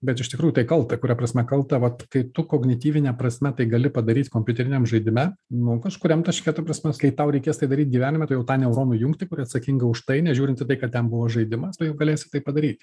bet iš tikrųjų tai kalta kuria prasme kalta vat kai tu kognityvine prasme tai gali padaryt kompiuteriniam žaidime nu kažkuriam taške ta prasme kai tau reikės tai daryt gyvenime tu jau tą neuronų jungtį kuri atsakinga už tai nežiūrint į kad ten buvo žaidimas tu jau galėsi tai padaryti